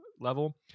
level